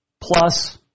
plus